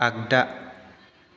आग्दा